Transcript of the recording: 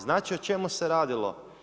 Znači o čemu se radilo?